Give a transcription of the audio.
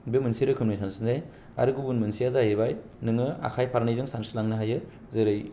बे मोनसे रोखोमनि सानस्रिनाय आरो गुबुन मोनसेआ जाहैबाय नोङो आखाय फारनैजों सानस्रि लांनो हायो जेरै